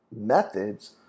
methods